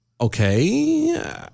Okay